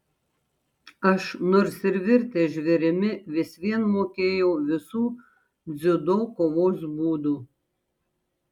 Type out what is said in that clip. aš nors ir virtęs žvėrimi vis vien mokėjau visų dziudo kovos būdų